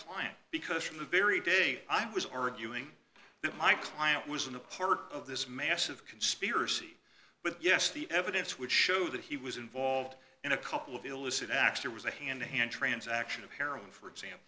client because from the very day i was arguing that my client was in a part of this massive conspiracy but yes the evidence would show that he was involved in a couple of illicit actor was a hand to hand transaction of heroin for example